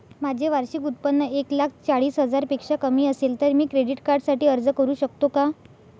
माझे वार्षिक उत्त्पन्न एक लाख चाळीस हजार पेक्षा कमी असेल तर मी क्रेडिट कार्डसाठी अर्ज करु शकतो का?